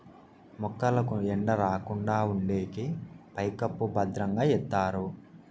మొక్కలకు ఎండ రాకుండా ఉండేకి పైకప్పు భద్రంగా ఎత్తారు